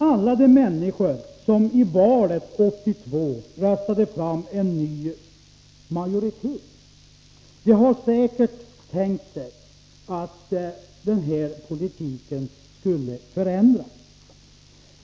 Alla de människor som i valet 1982 röstade fram en ny majoritet tänkte sig säkert att den politiken skulle förändras.